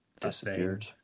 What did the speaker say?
disappeared